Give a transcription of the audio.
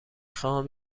خواهم